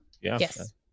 Yes